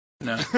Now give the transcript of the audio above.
No